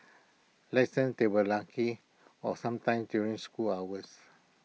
lessons they were lucky or sometime during school hours